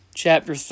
Chapter